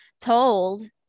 told